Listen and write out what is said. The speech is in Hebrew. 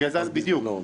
בדיוק.